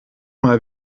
mal